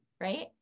Right